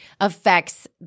affects